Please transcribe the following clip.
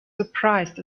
surprised